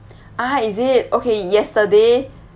ah is it okay yesterday